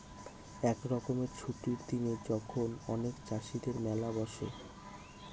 এক রকমের ছুটির দিনে যখন অনেক চাষীদের মেলা বসে